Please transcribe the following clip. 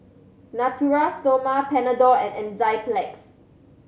Natura Stoma Panadol and Enzyplex